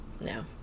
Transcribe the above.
No